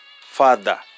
Father